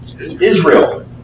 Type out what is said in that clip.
Israel